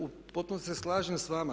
U potpunosti se slažem sa vama.